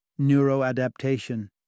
neuroadaptation